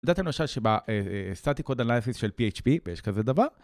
את יודעת למשל שב... אה... סטטיקוד אנליזיס של PHP, ויש כזה דבר